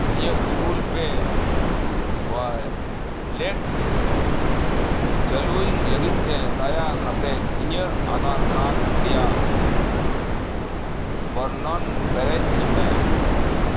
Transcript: ᱤᱧᱟᱹᱜ Google pay wallet ᱪᱟᱹᱞᱩᱭ ᱞᱟᱹᱜᱤᱫ ᱛᱮ ᱫᱟᱭᱟ ᱠᱟᱛᱮᱫ ᱤᱧᱟᱹᱜ ᱟᱫᱷᱟᱨ ᱠᱟᱨᱰ ᱨᱮᱭᱟᱜ ᱵᱚᱨᱱᱚᱱ ᱯᱮᱨᱮᱡ ᱢᱮ